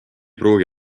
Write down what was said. pruugi